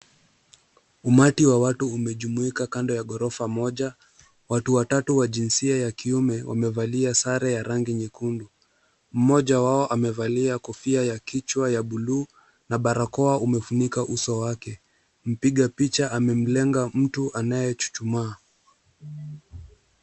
Umati wa watu umejumuika kando ya gorofa moja. Watu watatu wa jinsia ya kiuime wamevalia sare ya rangi nyekundu. Mmoja wao amevalia kofia ya kichwa ya bluu na barakoa umefunika uso wake. Mpiga picha amemlenga mtu anayechuchumaa.